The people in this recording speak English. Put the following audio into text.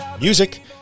music